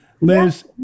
Liz